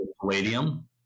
palladium